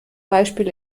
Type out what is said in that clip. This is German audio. beispiel